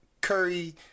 Curry